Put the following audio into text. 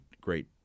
great